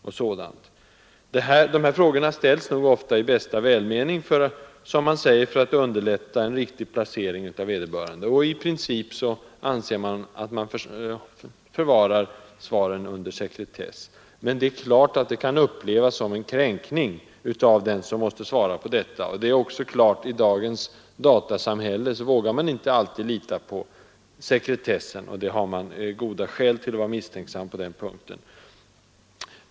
Dessa frågor ställs nog oftast i bästa välmening för att, som man säger, underlätta en riktig placering av vederbörande. Och i princip anses det att man förvarar svaren under sekretess. Men det är klart att frågorna kan upplevas som en kränkning av den som måste besvara dem. I dagens datasamhälle vågar man inte heller alltid lita på sekretessen, och på den punkten har man goda skäl att vara misstänksam.